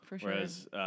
whereas